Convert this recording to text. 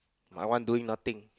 my one doing nothing